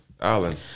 Alan